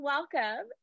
Welcome